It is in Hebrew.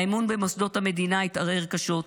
האמון במוסדות המדינה התערער קשות,